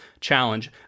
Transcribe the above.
challenge